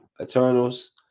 Eternals